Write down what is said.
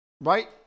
Right